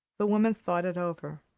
the woman thought it over.